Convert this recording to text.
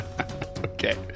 Okay